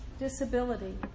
disability